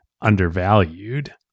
undervalued